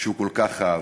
שהוא כל כך אהב.